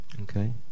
Okay